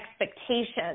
expectations